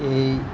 এই